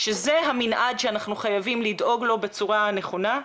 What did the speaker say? שזה המנעד שאנחנו חייבים לדאוג לו בצורה הנכונה,